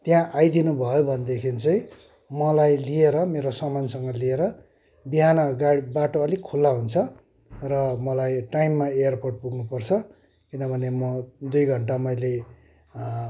त्यहाँ आइदिनु भयो भनेदेखिन् चाहिँ मलाई लिएर मेरो सामानसँग लिएर बिहान बाटो अलिक खुल्ला हुन्छ र मलाई टाइममा एयरपोर्ट पुग्नु पर्छ किनभने म दुई घन्टा मैले